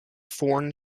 foreign